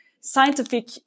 scientific